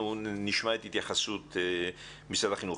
לפני שנשמע את ההתייחסות משרד החינוך